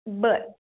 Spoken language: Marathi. बरं